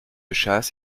chasse